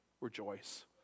rejoice